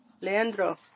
Leandro